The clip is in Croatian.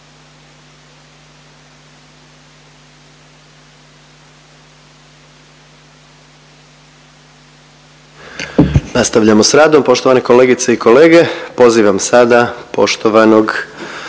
Nastavljamo s radom poštovane kolegice i kolege. Pozivam sada poštovanog